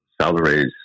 Salaries